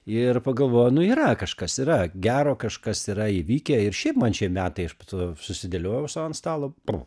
ir pagalvoju nu yra kažkas yra gero kažkas yra įvykę ir šiaip man šie metai aš po to jau susidėliojau sau ant stalo pru